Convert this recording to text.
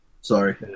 Sorry